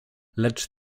lecz